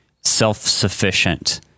self-sufficient